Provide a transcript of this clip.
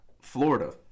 Florida